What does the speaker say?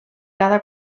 cada